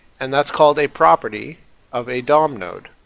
and that's called a property of a dom node.